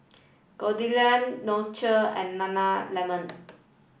Goldlion Nutrisoy and Nana lemon